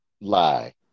lie